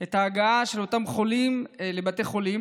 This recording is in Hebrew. את ההגעה של אותם חולים לבתי חולים.